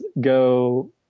go